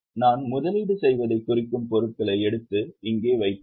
ஆகவே நான் முதலீடு செய்வதைக் குறிக்கும் பொருட்களை எடுத்து இங்கே வைக்கவும்